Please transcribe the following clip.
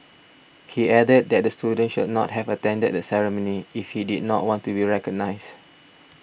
he added that the student should not have attended the ceremony if he did not want to recognised